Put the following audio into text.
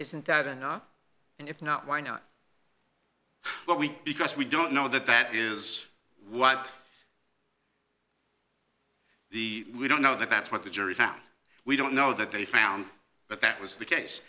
isn't that enough and if not why not but we can't because we don't know that that is what the we don't know that that's what the jury found we don't know that they found but that was the case